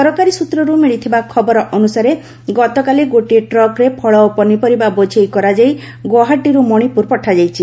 ସରକାରୀ ସୂତ୍ରରୁ ମିଳିଥିବା ଖବର ଅନୁସାରେ ଗତକାଲି ଗୋଟିଏ ଟ୍ରକରେ ଫଳ ଓ ପନିପରିବା ବୋଝେଇ କରାଯାଇ ଗୌହାଟୀର ମଣିପୁର ପଠାଯାଇଛି